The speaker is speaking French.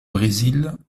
brésil